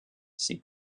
sie